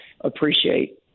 appreciate